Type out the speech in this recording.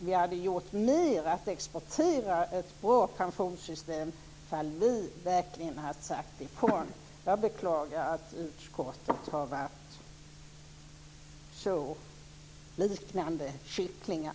Vi hade gjort mer genom att exportera ett bra pensionssystem i fall vi verkligen hade sagt ifrån. Jag beklagar att utskottet har varit så liknande kycklingar.